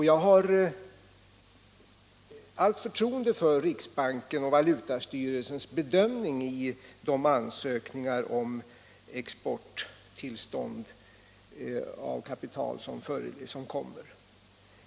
Jag har allt förtroende för riksbankens och valutastyrelsens bedömning av de ansökningar om exporttillstånd för kapital som kommer dit.